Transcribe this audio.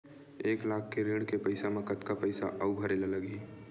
एक लाख के ऋण के पईसा म कतका पईसा आऊ भरे ला लगही?